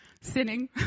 sinning